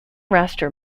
raster